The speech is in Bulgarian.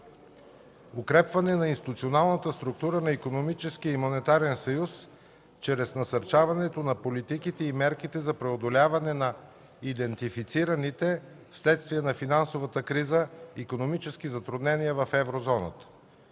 укрепване на институционалната структура на икономическия и монетарен съюз чрез насърчаването на политиките и мерките за преодоляване на идентифицираните вследствие на финансовата криза икономически затруднения в Еврозоната.